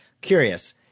curious